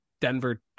Denver